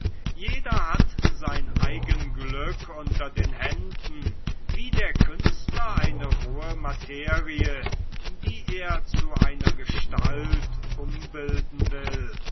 jeder hat sein eigen glück unter den händen wie der künstler eine rohe materie die er zu einer gestalt umbilden will